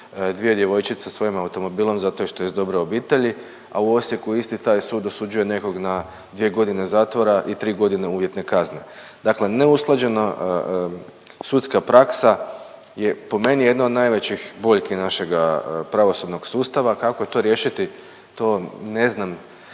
dvije djevojčice svojim automobilom zato što je iz dobre obitelji, a u Osijeku isti taj sud osuđuje nekog na dvije godine zatvore i tri godine uvjetne kazne. Dakle, neusklađena sudska praksa je po meni jedna od najvećih boljki našega pravosudnog sustava. Kako to riješiti? To ne znam,